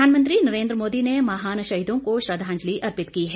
प्रधानमंत्री नरेंद्र मोदी ने महान शहीदों को श्रद्दांजलि अर्पित की है